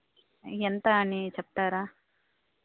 ఎంత అని చెప్తారా